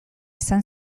izan